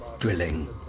drilling